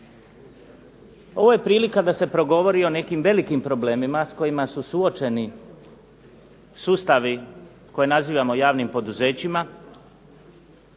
Ovo je prilika da se progovori o nekim velikim problemima s kojima su suočeni sustavi koje nazivamo javnim poduzećima,